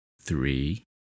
three